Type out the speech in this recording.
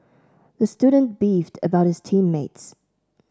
the student beefed about his team mates